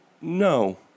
no